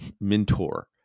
mentor